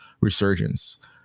resurgence